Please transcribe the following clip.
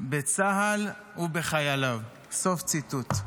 בצה"ל ובחייליו", סוף ציטוט.